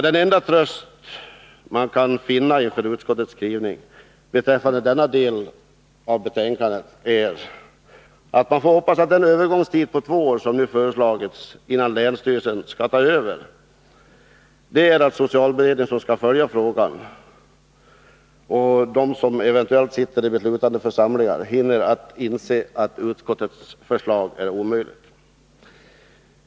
Den enda tröst man kan finna inför utskottets skrivning beträffande denna del av betänkandet är att man får hoppas att den övergångstid på två år som föreslagits innan länsstyrelsen tar över verksamheten är att socialberedningen som skall följa frågan och vi som eventuellt sitter i denna beslutande församling hinner inse att utskottets förslag är omöjligt.